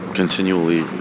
continually